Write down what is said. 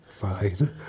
Fine